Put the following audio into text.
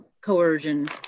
coercion